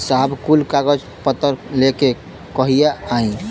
साहब कुल कागज पतर लेके कहिया आई?